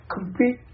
complete